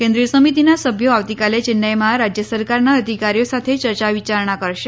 કેન્દ્રીય સમિતિના સભ્યો આવતીકાલે ચેન્નાઈમાં રાજ્ય સરકારના અધિકારીઓ સાથે યર્યા વિયારણા કરશે